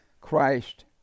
Christ